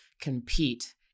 compete